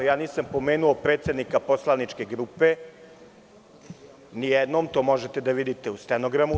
Ja nisam pomenuo predsednika poslaničke grupe ni jednom, to možete da vidite u stenogramu.